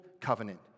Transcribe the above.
covenant